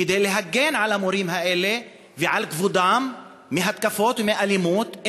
כדי להגן על המורים האלה ועל כבודם מהתקפות אלימות,